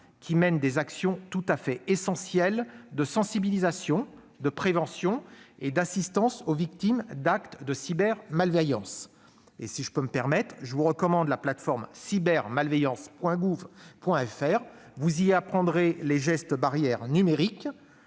qui mène des actions tout à fait essentielles de sensibilisation, de prévention et d'assistance aux victimes d'actes de cybermalveillance. À cet égard, je vous recommande la plateforme www.cybermalveillance.gouv.fr. ; vous y apprendrez les « gestes barrières » numériques,